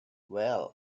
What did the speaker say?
well